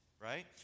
right